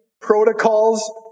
protocols